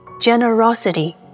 generosity